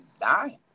dying